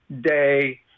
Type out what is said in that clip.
day